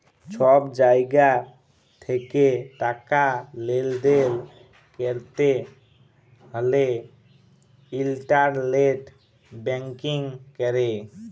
ছব জায়গা থ্যাকে টাকা লেলদেল ক্যরতে হ্যলে ইলটারলেট ব্যাংকিং ক্যরে